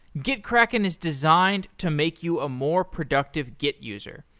gitkraken is designed to make you a more productive git user.